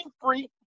free